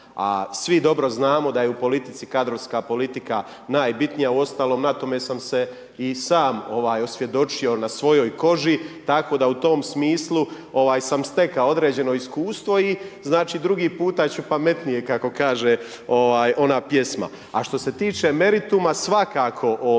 svi dobro znamo da je u politici, kadrovska politika najbitnija, uostalom na tome sam se i sam, ovaj, osvjedočio na svojoj koži, tako da u tom smislu, ovaj, sam stekao određeno iskustvo, i, znači, drugi puta ću pametnije, kako kaže, ovaj, ona pjesma. A što se tiče merituma, svakako o meritumu